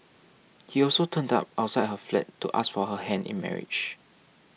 he also turned up outside her flat to ask for her hand in marriage